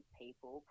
people